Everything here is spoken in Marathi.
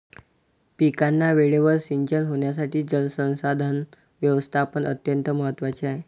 पिकांना वेळेवर सिंचन होण्यासाठी जलसंसाधन व्यवस्थापन अत्यंत महत्त्वाचे आहे